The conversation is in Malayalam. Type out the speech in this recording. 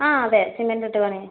ആ അതെ സിമൻറ്റ് ഇട്ട് പണിയാൻ